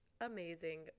amazing